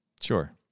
Sure